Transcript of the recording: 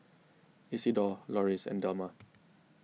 Isidore Loris and Delmar